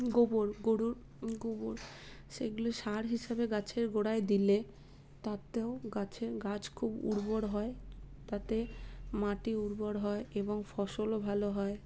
গোবর গরুর গোবর সেগুলি সার হিসেবে গাছের গোঁড়ায় দিলে তাতেও গাছের গাছ খুব উর্বর হয় তাতে মাটি উর্বর হয় এবং ফসল ভালো হয়